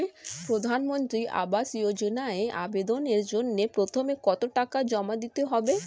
প্রধানমন্ত্রী আবাস যোজনায় আবেদনের জন্য প্রথমে কত টাকা জমা দিতে হবে?